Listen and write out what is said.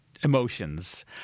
emotions